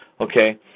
Okay